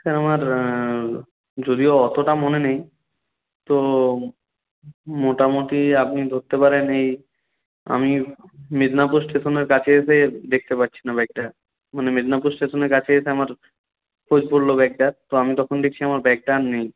sir আমার যদিও অতোটা মনে নেই তো মোটামোটি আপনি ধরতে পারেন এই আমি মেদিনীপুর স্টেশনের কাছে এসে দেখতে পাচ্ছি না ব্যাগটা মানে মেদিনীপুর স্টেশনের কাছে এসে আমার খোঁজ পড়লো ব্যাগটার তো আমি তখন দেখছি আমার ব্যাগটা আর নেই